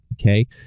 okay